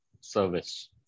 service